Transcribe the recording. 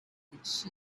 chiefs